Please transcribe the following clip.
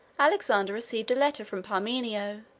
alexander received a letter from parmenio,